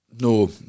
no